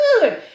good